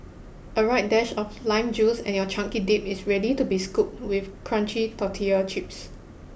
a right dash of lime juice and your chunky dip is ready to be scooped with crunchy tortilla chips